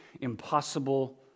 impossible